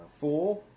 four